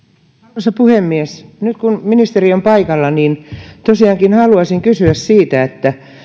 arvoisa puhemies nyt kun ministeri on paikalla tosiaankin haluaisin kysyä siitä